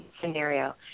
scenario